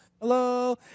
hello